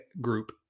group